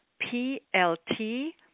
PLT